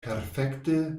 perfekte